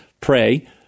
pray